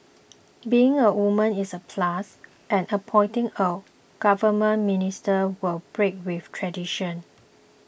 being a woman is a plus and appointing a government minister will break with tradition